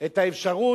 את האפשרות,